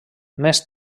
més